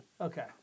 Okay